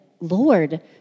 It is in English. Lord